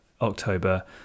October